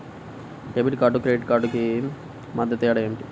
Debit కార్డుకు credit credit కార్డుకు మధ్య తేడా ఏమిటీ?